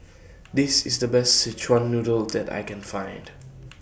This IS The Best Szechuan Noodle that I Can Find